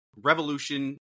revolution